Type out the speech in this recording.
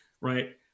right